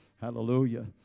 Hallelujah